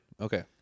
Okay